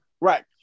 Right